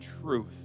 truth